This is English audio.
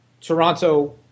Toronto